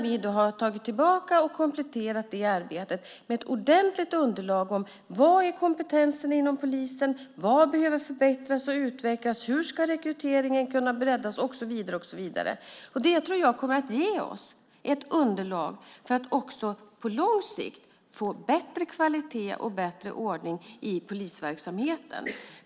Vi har tagit tillbaka och kompletterat det arbetet med ett ordentligt underlag om vad kompetensen inom polisen är, vad som behöver förbättras och utvecklas, hur rekryteringen ska kunna breddas och så vidare. Det tror jag kommer att ge oss ett underlag för att också på lång sikt få bättre kvalitet och bättre ordning i polisverksamheten.